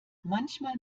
manchmal